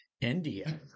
India